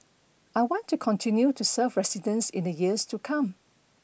I want to continue to serve residents in the years to come